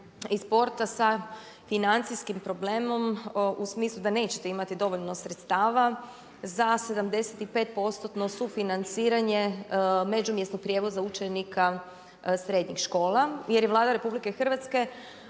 i sporta sa financijskim problemom u smislu da nećete imati dovoljno sredstava za 75%-tno sufinanciranje međumjesnog prijevoza učenika srednjih škola. Jer je i Vlada kroz